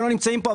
שלא נמצאים פה,